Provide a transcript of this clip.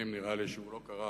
נראה לי שבוודאי שר הפנים לא קרא,